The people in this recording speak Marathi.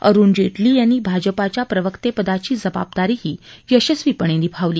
अरुण जेटली यांनी भाजपाच्या प्रवक्तेपदाची जबाबदारीही त्यांनी यशस्वीपणे निभावली